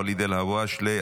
ואליד אלהואשלה,